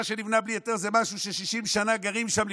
מה שנבנה בלי היתר זה משהו ש-60 שנים גרים שם,